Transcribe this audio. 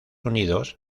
unidos